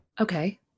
Okay